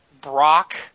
Brock